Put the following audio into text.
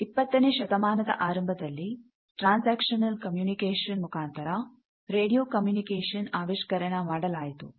ಇಪ್ಪತ್ತನೇ ಶತಮಾನದ ಆರಂಭದಲ್ಲಿ ಟ್ರೈನ್ಸೈಕ್ಶನಲ ಕಮ್ಯುನಿಕೇಶನ್ ಮುಖಾಂತರ ರೇಡಿಯೋ ಕಮ್ಯುನಿಕೇಷನ್ಆವಿಷ್ಕರಣ ಮಾಡಲಾಯಿತು